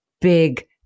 big